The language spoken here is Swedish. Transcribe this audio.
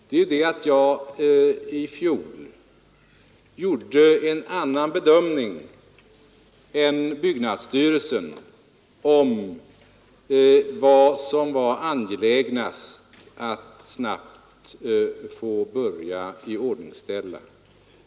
Det är det att jag i fjol gjorde en annan bedömning än byggnadsstyrelsen om vad som var angelägnast att snabbt få börja iordningställa.